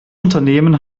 unternehmen